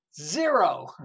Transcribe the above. zero